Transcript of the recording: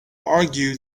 argue